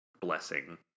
blessing